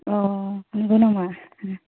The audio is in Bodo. अ नंगौ नामा